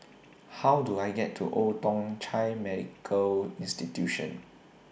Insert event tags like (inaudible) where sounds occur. (noise) How Do I get to Old Thong Chai Medical Institution